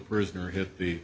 prisoner hit the